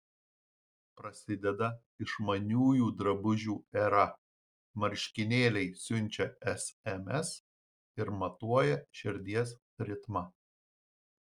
prasideda išmaniųjų drabužių era marškinėliai siunčia sms ir matuoja širdies ritmą